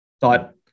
thought